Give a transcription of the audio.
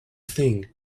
thing